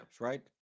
right